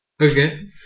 Okay